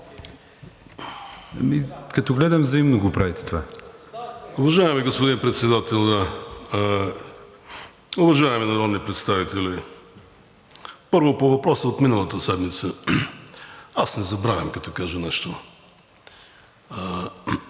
Като гледам, взаимно го правите това.